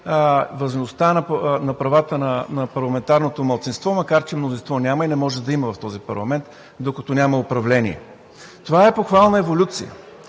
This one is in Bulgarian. важността на правата на парламентарното малцинство, макар че мнозинство няма и не може да има в този парламент, докато няма управление. Това е похвална еволюция.